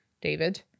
David